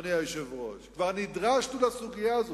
אדוני היושב-ראש, כבר נדרשנו לסוגיה הזאת.